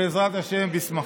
בעזרת השם, בשמחות.